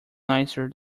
nicer